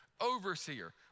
overseer